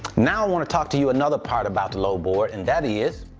now, i wanna talk to you another part about the load board, and that is